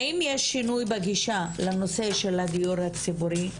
האם יש שינוי בגישה לנושא של הדיור הציבורי?